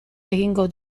egingo